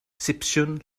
sipsiwn